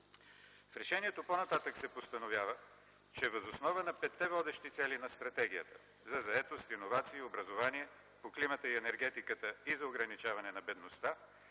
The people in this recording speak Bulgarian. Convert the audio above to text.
В решението по-нататък се постановява, че въз основа на петте водещи цели на стратегията – за заетост, иновации, образование, по климата и енергетиката и за ограничаване на бедността,